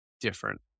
different